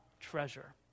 treasure